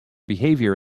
behavior